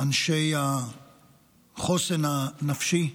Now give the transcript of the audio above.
אנשי החוסן הנפשי,